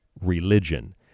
religion